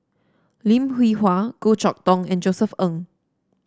Lim Hwee Hua Goh Chok Tong and Josef Ng